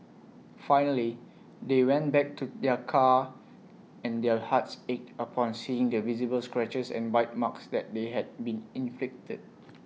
finally they went back to their car and their hearts ached upon seeing the visible scratches and bite marks that they had been inflicted